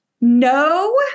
No